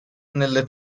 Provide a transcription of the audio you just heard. nelle